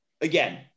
again